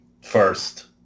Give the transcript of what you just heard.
first